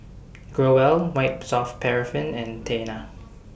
Growell White Soft Paraffin and Tena